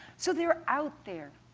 so they're out there.